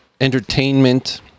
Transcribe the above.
entertainment